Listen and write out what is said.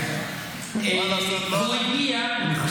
מה לעשות, לא הלך.